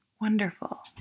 wonderful